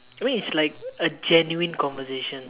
the way it's like a genuine conversation